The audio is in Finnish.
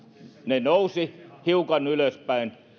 ne nousivat hiukan ylöspäin